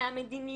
מהמדיניות,